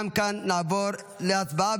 גם כאן נעבור להצבעה,